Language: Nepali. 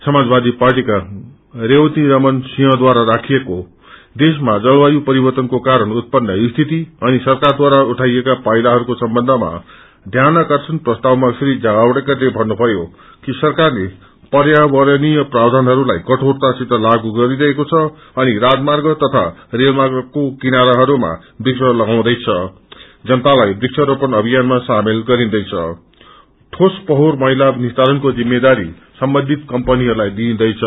समाजवादी पार्टीका खेती रमण सिंहको देशमा जलवायम परिवव्रन को कारण उत्पन्न सिीत अनि सरकारद्वारा उठाइएका पाइलाहरूको सम्बन्धमा ध्यानार्कषण प्रसतावामा श्री जावड़ेकरले भन्नुभ्जयो कि सरकारले पर्यावरणीय प्रावधानहरूलाइ कठोरतासित लागू गरिरहेको छ अनि राजर्माग तथा रेलमार्गको किनाराहरूमा वृक्ष अरोपण अभियानामा सामेल गरिँदैछ ठोस फोहो मैला निस्तारणको जिम्मेदारी सम्बन्धित कम्पीहरूलाई दिइदैछ